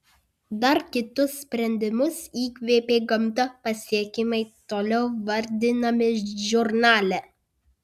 dar kitus sprendimus įkvėpė gamta pasiekimai toliau vardinami žurnale